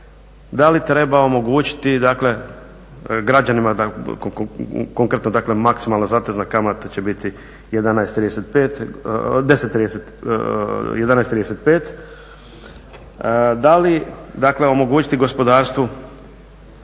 da li treba omogućiti građanima konkretno dakle maksimalna zatezna kamata će biti 11,35, da li omogućiti gospodarstvu